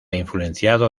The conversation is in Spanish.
influenciado